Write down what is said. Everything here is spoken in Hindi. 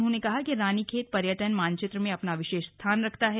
उन्होंने कहा कि रानीखेत पर्यटन मानचित्र में अपना विशेष स्थान रखता है